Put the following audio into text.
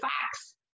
facts